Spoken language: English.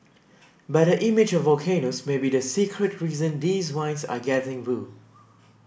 but the image of volcanoes may be the secret reason these wines are getting bu